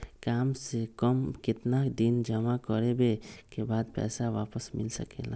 काम से कम केतना दिन जमा करें बे बाद पैसा वापस मिल सकेला?